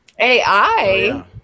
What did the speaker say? AI